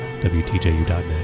WTJU.net